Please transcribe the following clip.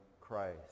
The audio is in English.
Christ